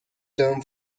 term